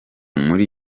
muri